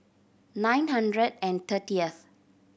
nine hundred and thirtieth